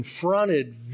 confronted